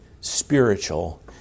spiritual